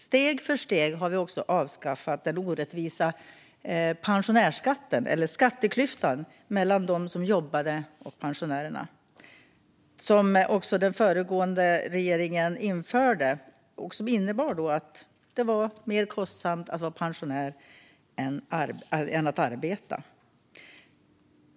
Steg för steg har vi också avskaffat den orättvisa pensionärsskatten, eller skatteklyftan mellan dem som jobbar och pensionärerna, som den föregående moderatledda regeringen införde och som innebar att det var mer kostsamt att vara pensionär än att arbeta.